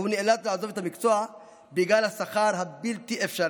והוא נאלץ לעזוב את המקצוע בגלל השכר הבלתי-אפשרי.